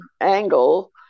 angle